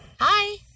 Hi